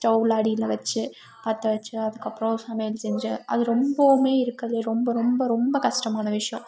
ஸ்டவில் அடியில் வச்சு பற்ற வச்சு அதுக்கப்புறம் சமையல் செஞ்சு அது ரொம்பவும் இருக்கிறதுலேயே ரொம்ப ரொம்ப ரொம்ப கஷ்டமான விஷயம்